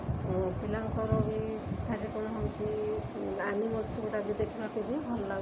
ପିଲାଙ୍କର ବି ସେଠାରେ କ'ଣ ହେଉଛି ଆନିମଲ୍ସ ଗୁଡା ବି ଦେଖି ନଥିବେ ଭଲ